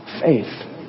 Faith